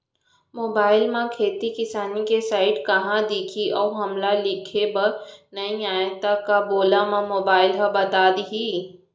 Mobile म खेती किसानी के साइट कहाँ दिखही अऊ हमला लिखेबर नई आय त का बोले म मोबाइल ह बता दिही?